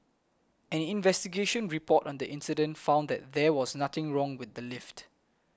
an investigation report on the incident found that there was nothing wrong with the lift